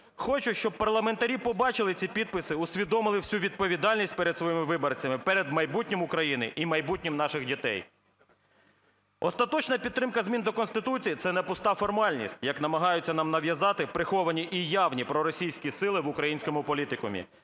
Хочу, щоби парламентарі побачили ці підписи, усвідомили всю відповідальність перед своїми виборцями, перед майбутнім України і майбутнім наших дітей. Остаточна підтримка змін до Конституції – це не пуста формальність, як намагаються нам нав'язати приховані і явні проросійські сили в українському політикумі.